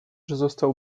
został